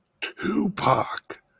Tupac